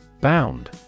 Bound